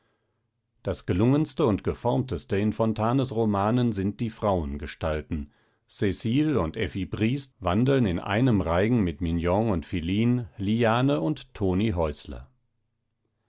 das gelungenste und geformteste in fontanes romanen sind die frauengestalten cecile und effi briest wandeln in einem reigen mit mignon und philine liane und